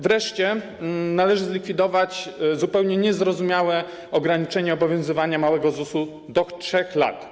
Wreszcie należy zlikwidować zupełnie niezrozumiałe ograniczenia obowiązywania małego ZUS-u do 3 lat.